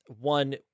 one